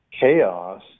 chaos